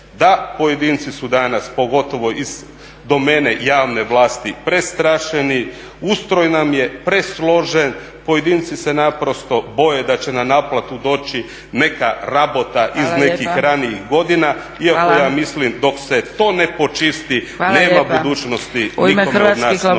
Da, pojedinci su danas pogotovo iz domene javne vlasti prestrašeni, ustroj nam je presložen. Pojedinci se naprosto boje da će na naplatu doći neka rabota iz nekih ranijih godina, iako ja mislim dok se ne počisti … /Govornici govore u isto